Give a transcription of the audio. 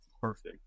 perfect